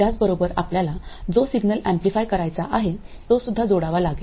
त्याचबरोबर आपल्याला जो सिग्नल एम्पलीफाय करायचा आहे तो सुद्धा जोडावा लागेल